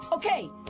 okay